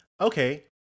Okay